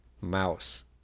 mouse